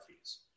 fees